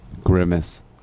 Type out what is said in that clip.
Grimace